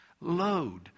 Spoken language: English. load